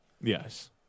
yes